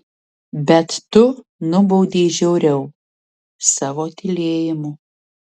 bet tu nubaudei žiauriau savo tylėjimu